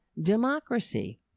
democracy